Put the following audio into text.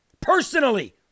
personally